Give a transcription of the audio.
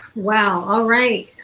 well alright,